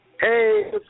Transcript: Hey